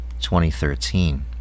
2013